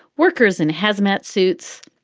workers in hazmat suits.